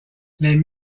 les